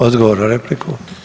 Odgovor na repliku.